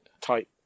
tight